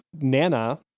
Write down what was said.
Nana